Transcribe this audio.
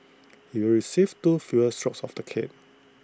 he will receive two fewer strokes of the cane